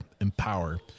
empower